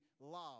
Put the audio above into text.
love